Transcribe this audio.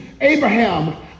Abraham